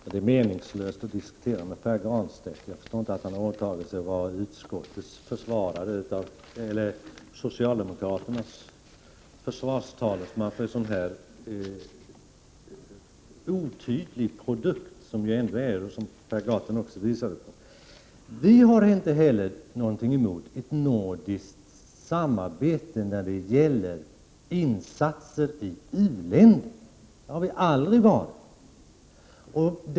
Fru talman! Det är meningslöst att diskutera med Pär Granstedt. Jag förstår inte att han har åtagit sig att vara socialdemokraternas försvarstalesman för en sådan otydlig produkt som detta ändå är, vilket Per Gahrton också visade. Vi har inte heller någonting emot ett nordiskt samarbete för insatser i u-länder. Vi har aldrig varit emot det.